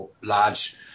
large